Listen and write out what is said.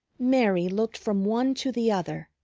mary looked from one to the other,